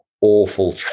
awful